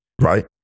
right